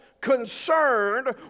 concerned